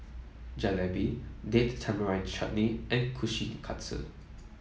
Jalebi Date Tamarind Chutney and Kushikatsu